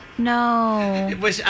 no